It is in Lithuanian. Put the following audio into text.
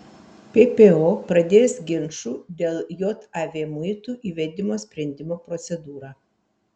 ppo pradės ginčų dėl jav muitų įvedimo sprendimo procedūrą